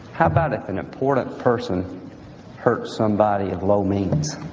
how about if an important person hurt somebody of low means?